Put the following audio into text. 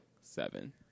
Seven